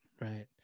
right